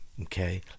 Okay